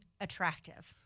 attractive